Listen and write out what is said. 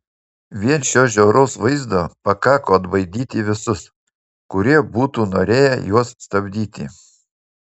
vien šio žiauraus vaizdo pakako atbaidyti visus kurie būtų norėję juos stabdyti